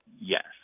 Yes